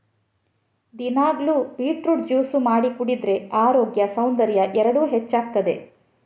ದಿನಾಗ್ಲೂ beetroot juice ಮಾಡಿ ಕುಡಿದ್ರೆ ಅರೋಗ್ಯ ಸೌಂದರ್ಯ ಎರಡೂ ಹೆಚ್ಚಾಗ್ತದೆ